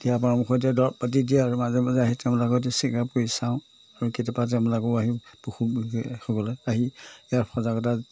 দিহা পৰামৰ্শ দিয়ে দৰৱ পাতি দিয়ে আৰু মাজে মাজে আহি তেওঁলোকক চেকাপ কৰি চাওঁ আৰু কেতিয়াবা তেওঁবিলাকো আহি পশুবিশেষজ্ঞসকলে আহি ইয়াৰ সজাগতা